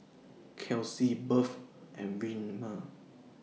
Kelcie Beth and Wilmer